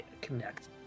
connect